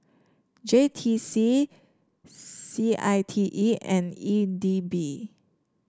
J T C C I T E and E D B